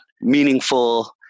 meaningful